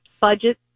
budget